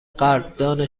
قدردان